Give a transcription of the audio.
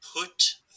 put